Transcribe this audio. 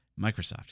Microsoft